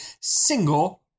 single